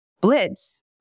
blitz